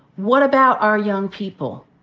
what about our young people?